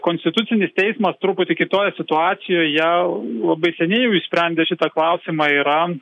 konstitucinis teismas truputį kitoje situacijoje labai seniai jau išsprendė šitą klausimą yra